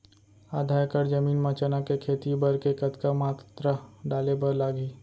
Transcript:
आधा एकड़ जमीन मा चना के खेती बर के कतका मात्रा डाले बर लागही?